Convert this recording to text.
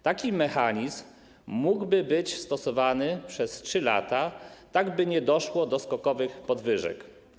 Taki mechanizm mógłby być stosowany przez 3 lata, tak by nie doszło do skokowych podwyżek.